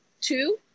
two